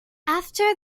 after